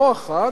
לא אחת,